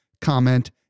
comment